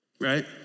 right